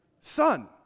son